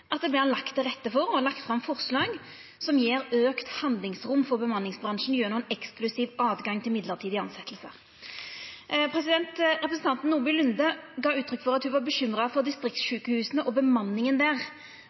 at det vert lagt til rette for og lagt fram forslag som gjev auka handlingsrom for bemanningsbransjen gjennom ein eksklusiv rett til mellombels tilsetjingar. Representanten Nordby Lunde gav uttrykk for at ho var bekymra for distriktssjukehusa og bemanninga der.